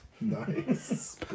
Nice